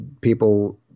people